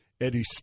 Eddie